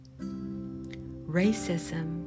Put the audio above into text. racism